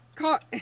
caught